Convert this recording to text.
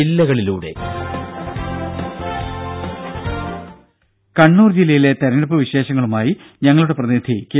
രുമ കണ്ണൂർ ജില്ലയിലെ തെരഞ്ഞെടുപ്പ് വിശേഷങ്ങളുമായി ഞങ്ങളുടെ പ്രതിനിധി കെ